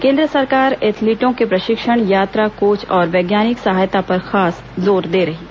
केंद्र सरकार एथलीटों के प्रशिक्षण यात्रा कोच और वैज्ञानिक सहायता पर खास जोर दे रही है